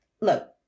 look